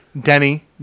Denny